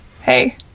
Hey